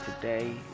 today